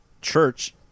church